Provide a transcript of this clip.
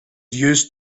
used